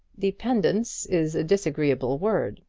dependence is a disagreeable word,